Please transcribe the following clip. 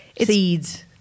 seeds